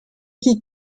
qui